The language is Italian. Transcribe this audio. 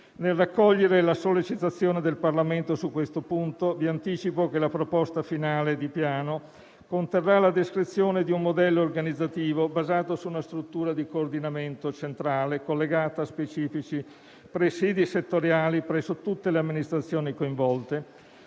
Nel raccogliere la sollecitazione del Parlamento su questo punto, vi anticipo che la proposta finale di Piano conterrà la descrizione di un modello organizzativo basato su una struttura di coordinamento centrale, collegata a specifici presidi settoriali preso tutte le amministrazioni coinvolte,